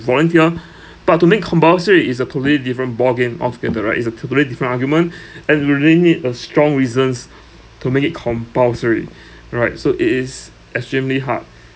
volunteer but to make compulsory is a totally different ball game altogether right it's a totally different argument and you really need a strong reasons to make it compulsory right so it is extremely hard